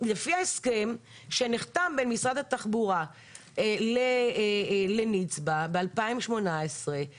לפי ההסכם שנחתם בין משרד התחבורה לנצבא ב-2018,